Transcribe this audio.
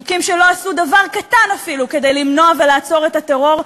חוקים שלא עשו דבר קטן אפילו כדי למנוע ולעצור את הטרור,